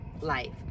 life